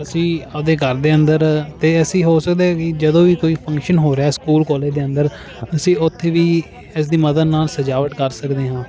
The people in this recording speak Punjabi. ਅਸੀਂ ਆਪਦੇ ਘਰ ਦੇ ਅੰਦਰ ਤੇ ਅਸੀਂ ਹੋ ਸਕਦਾ ਕੀ ਜਦੋਂ ਵੀ ਕੋਈ ਫ਼ੰਕਸ਼ਨ ਹੋ ਰਿਹਾ ਸਕੂਲ ਕਾਲਜ ਦੇ ਅੰਦਰ ਅਸੀਂ ਓਥੇ ਵੀ ਇਸਦੀ ਮਦਦ ਨਾਲ ਸਜਾਵਟ ਕਰ ਸਕਦੇ ਹਾਂ